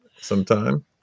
sometime